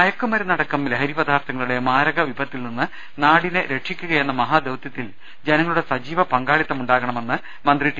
മയക്കുമരുന്നടക്കം ലഹരി പദാർത്ഥങ്ങളുടെ മാരക വിപത്തിൽ നിന്ന് നാടിനെ രക്ഷിക്കുകയെന്ന മഹാദൌത്യത്തിൽ ജനങ്ങളുടെ സജീവ പങ്കാ ളി ത്ത മു ണ്ടാ ക ണ മെ ന്ന് മ ്രന്തി ടി